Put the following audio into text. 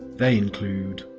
they include